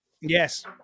Yes